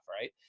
Right